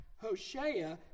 Hoshea